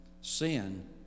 Sin